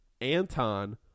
Anton